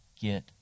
get